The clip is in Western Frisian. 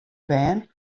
bern